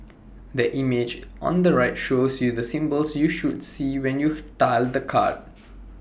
the image on the right shows you the symbols you should see when you tilt the card